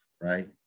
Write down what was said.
right